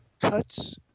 cuts